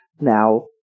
now